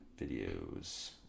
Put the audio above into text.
videos